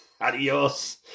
Adios